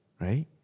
right